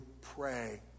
pray